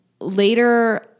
later